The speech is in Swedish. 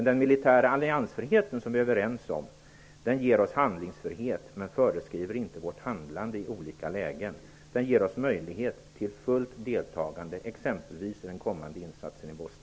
Den militära alliansfriheten, som vi är överens om, ger oss handlingsfrihet men föreskriver inte vårt handlande i olika lägen. Den ger oss exempelvis möjlighet till fullt deltagande i den kommande insatsen i